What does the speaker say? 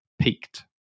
peaked